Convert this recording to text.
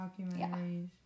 documentaries